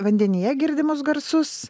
vandenyje girdimus garsus